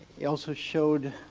he also showed,